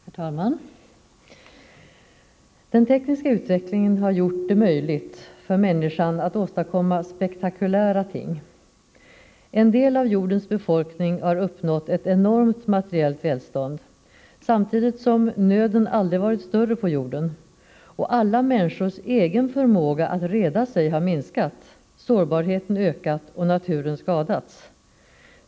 Herr talman! Den tekniska utvecklingen har gjort det möjligt för människan att åstadkomma spektakulära ting. En del av jordens befolkning har uppnått ett enormt materiellt välstånd, samtidigt som nöden aldrig varit större på jorden. Och alla människors egen förmåga att reda sig har minskat, sårbarheten ökat och naturen skadats.